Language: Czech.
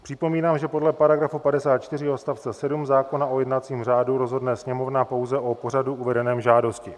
Připomínám, že podle § 54 odst. 7 zákona o jednacím řádu rozhodne Sněmovna pouze o pořadu uvedeném v žádosti.